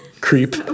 creep